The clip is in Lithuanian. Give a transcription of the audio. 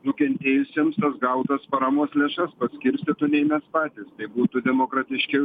nukentėjusiems tas gautas paramos lėšas paskirstytų nei mes patys tai būtų demokratiškiau